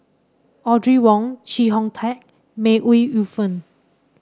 Audrey Wong Chee Hong Tat May Ooi Yu Fen